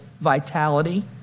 vitality